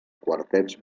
quartets